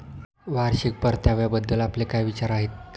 वार्षिक परताव्याबद्दल आपले काय विचार आहेत?